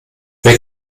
wer